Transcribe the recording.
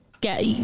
get